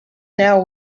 now